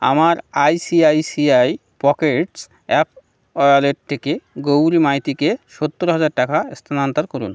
আমার I C I C I Pockets app wallet থেকে গৌরী মাইতিকে সত্তর হাজার টাকা স্থানান্তর করুন